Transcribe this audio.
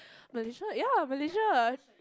Malaysia ya Malaysia